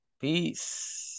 Peace